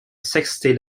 sixty